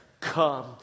come